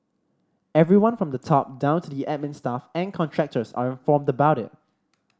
everyone from the top down to the admin staff and contractors are informed about it